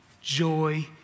joy